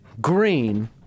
Green